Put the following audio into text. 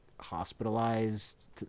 hospitalized